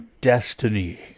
destiny